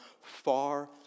far